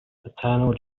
eternal